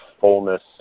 fullness